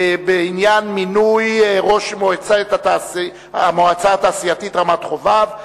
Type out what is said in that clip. והראשונה היא בעניין מינוי ראש המועצה התעשייתית רמת-חובב,